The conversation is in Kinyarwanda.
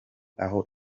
aho